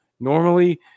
normally